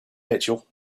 mitchell